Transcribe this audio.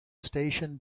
station